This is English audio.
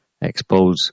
expose